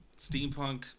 Steampunk